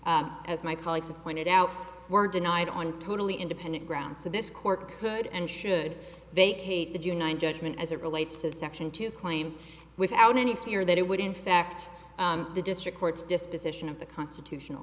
s as my colleagues have pointed out were denied on totally independent grounds so this court could and should vacate the do nine judgment as it relates to section two claim without any fear that it would in fact the district courts disposition of the constitutional